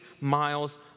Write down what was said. miles